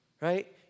right